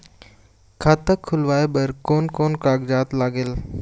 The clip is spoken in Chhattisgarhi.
खाता खुलवाय बर कोन कोन कागजात लागेल?